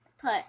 Put